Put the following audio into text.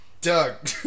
Doug